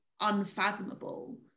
unfathomable